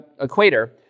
equator